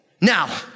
Now